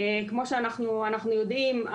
כמו שאנחנו יודעים,